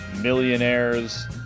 millionaires